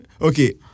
Okay